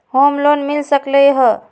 Home loan मिल सकलइ ह?